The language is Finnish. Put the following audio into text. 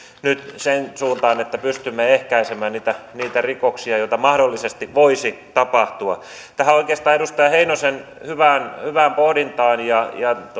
nyt siihen suuntaan että pystymme ehkäisemään niitä rikoksia joita mahdollisesti voisi tapahtua tähän oikeastaan edustaja heinosen hyvään hyvään pohdintaan ja